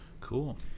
cool